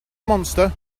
monster